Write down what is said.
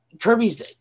Kirby's